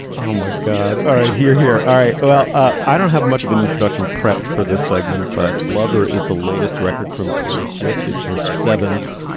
oh my god. all right here here. all right well i don't have much of an instruction prepped for this segment but lover is the latest record from taylor swift it's her seventh.